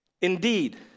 Indeed